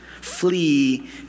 Flee